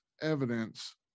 evidence